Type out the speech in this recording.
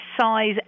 size